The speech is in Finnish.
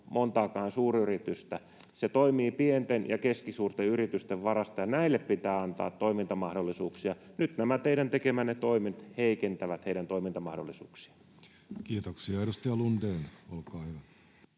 montaakaan suuryritystä. Se toimii pienten ja keskisuurten yritysten varassa, ja näille pitää antaa toimintamahdollisuuksia. Nyt nämä teidän tekemänne toimet heikentävät heidän toimintamahdollisuuksiaan. [Speech